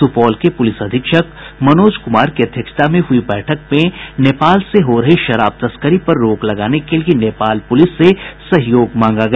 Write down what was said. सुपौल के पुलिस अधीक्षक मनोज कुमार की अध्यक्षता में हुई बैठक में नेपाल से हो रही शराब तस्करी पर रोक लगाने के लिए नेपाल पुलिस से सहयोग मांगा गया